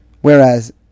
Whereas